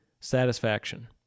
satisfaction